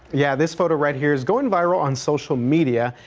yeah, this photo right here is going viral on social media.